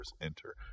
enter